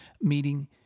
meeting